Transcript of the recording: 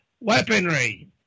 weaponry